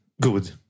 Good